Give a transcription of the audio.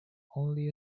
only